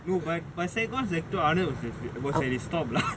no secondary one secondary two arnold was at his top lah